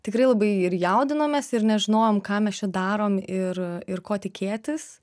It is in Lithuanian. tikrai labai ir jaudinomės ir nežinojom ką mes čia darom ir ir ko tikėtis